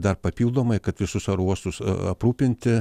dar papildomai kad visus oro uostus aprūpinti